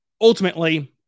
ultimately